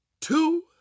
two